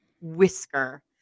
whisker